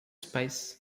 space